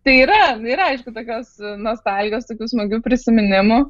tai yra ir aišku tokios nostalgijos tokių smagių prisiminimų